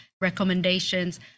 recommendations